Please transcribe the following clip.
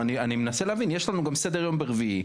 אני מנסה להבין, יש לנו גם סדר-יום ברביעי.